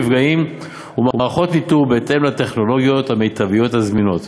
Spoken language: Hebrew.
מפגעים ומערכות ניטור בהתאם לטכנולוגיות המיטביות הזמינות,